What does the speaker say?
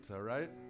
right